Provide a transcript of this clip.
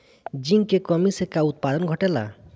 Zinc की कमी से का उत्पादन घटेला?